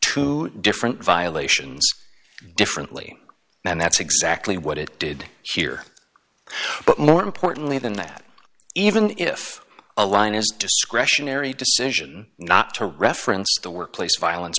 two different violations differently and that's exactly what it did she hear but more importantly than that even if a line is discretionary decision not to reference the workplace violence